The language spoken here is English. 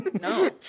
No